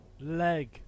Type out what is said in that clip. Leg